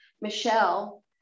Michelle